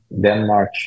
denmark